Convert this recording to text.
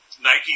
Nike